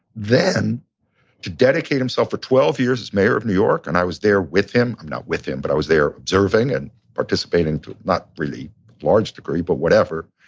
then to dedicate himself for twelve years as mayor of new york, and i was there with him. i'm not with him, but i was there observing and participating, to a not really large degree, but whatever.